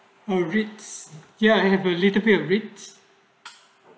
oh rates ya they have a little bit rates